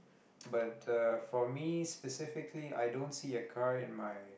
but uh for me specifically i don't see a car in my